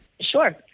Sure